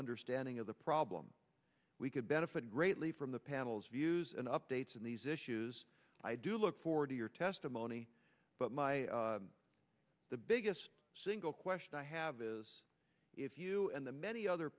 understanding of the problem we could benefit greatly from the panel's views and updates on these issues i do look forward to your testimony but my the biggest single question i have is if you and the many other